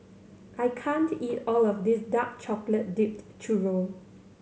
I can't eat all of this dark chocolate dipped churro